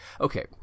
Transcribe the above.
okay